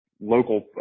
local